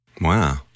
Wow